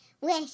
wish